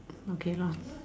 okay lah